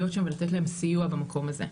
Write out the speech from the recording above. להיות שם ולתת להם סיוע במקום הזה.